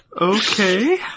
Okay